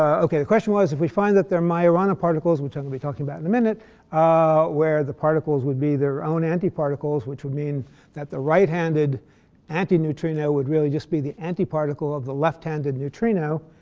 ok. the question was, if we find that they're majorana particles which i'm going to be talking about in a minute where the particles would be their own anti-particles, which would mean that the right-handed anti-neutrino would really just be the anti-particle of the left-handed neutrino,